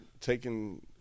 taking